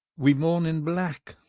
we mourne in black,